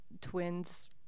twins